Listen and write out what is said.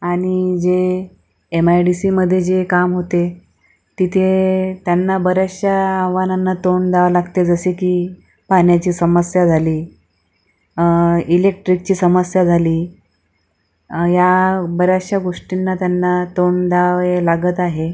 आणि जे M I D सीमध्ये जे काम होते तिथे त्यांना बऱ्याचशा आव्हानांना तोंड द्यावं लागते जसे की पाण्याची समस्या झाली इलेक्ट्रिकची समस्या झाली या बऱ्याचशा गोष्टींना त्यांना तोंड द्यावे लागत आहे